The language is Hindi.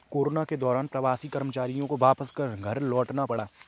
कोरोना के दौरान प्रवासी कर्मचारियों को वापस घर लौटना पड़ा